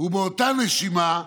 ובאותה נשימה: